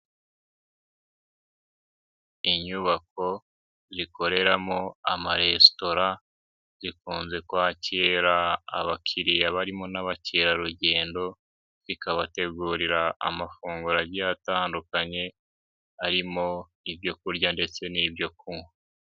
Inyubako zikoreramo amaresitora, zikunze kwakira abakiriya barimo n'abakerarugendo, bikabategurira amafunguro agiye atandukanye arimo ibyo kurya ndetse n'ibyo kunywa.